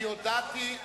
וכו',